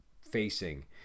facing